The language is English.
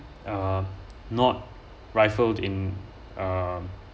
uh not rifled in um